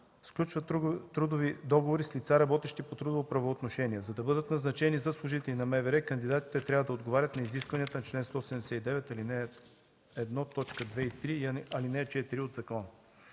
сключва трудови договори с лица, работещи по трудово правоотношение. За да бъдат назначени за служители на МВР кандидатите трябва да отговарят на изискванията на чл. 179, ал. 1, т. 2 и 3 и ал. 4 от закона.